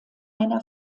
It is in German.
einer